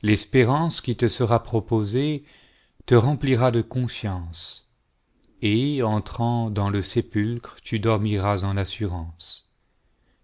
l'espérance qui te sera proposée te remplira de confiance et entrant dans le sépulcre tu dormiras en assurance